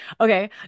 Okay